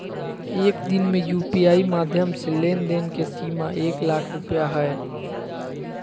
एक दिन में यू.पी.आई माध्यम से लेन देन के सीमा एक लाख रुपया हय